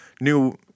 new